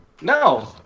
no